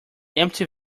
empty